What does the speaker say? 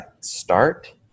start